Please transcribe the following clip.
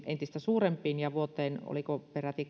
entistä suurempiin päästövähennyksiin ja ajateltiin oliko peräti